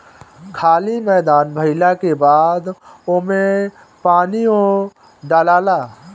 खाली मैदान भइला के बाद ओमे पानीओ डलाला